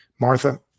Martha